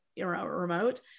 remote